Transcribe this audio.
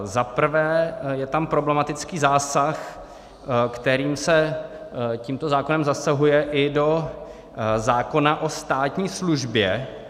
Za prvé, je tam problematický zásah, kterým se tímto zákonem zasahuje i do zákona o státní službě.